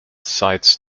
cites